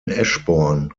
eschborn